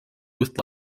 with